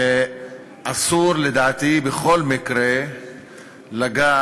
אסור, לדעתי, בכל מקרה לגעת